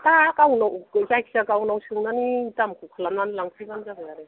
दा गावनाव जायखिजाया गावनाव सोंनानै दामखौ खालामनानै लांफैबानो जाबाय आरो